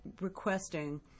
requesting